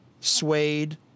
Suede